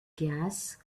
gas